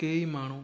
कई माण्हू